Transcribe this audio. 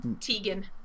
Tegan